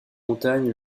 montagne